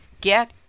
get